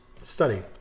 study